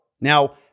now